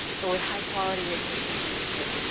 but with high quality rape crisis services,